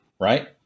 right